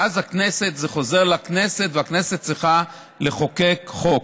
ואז זה חוזר לכנסת, והכנסת צריכה לחוקק חוק,